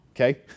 okay